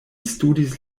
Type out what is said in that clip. studis